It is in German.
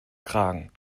kragen